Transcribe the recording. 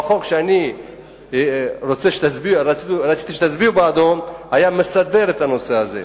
והחוק שאני רציתי שתצביעו בעדו היה מסדר את הנושא הזה.